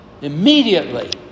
Immediately